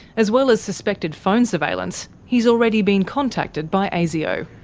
as well as suspected phone surveillance, he's already been contacted by asio.